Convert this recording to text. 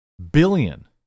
billion